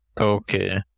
Okay